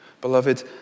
Beloved